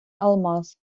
алмаз